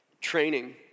training